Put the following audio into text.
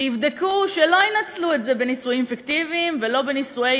שיבדקו שלא ינצלו את זה בנישואים פיקטיביים ולא בנישואי